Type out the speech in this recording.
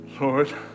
Lord